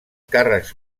càrrecs